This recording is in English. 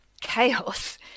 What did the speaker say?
chaos